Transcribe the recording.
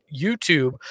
YouTube